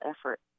effort